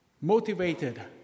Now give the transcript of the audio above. motivated